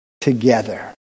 together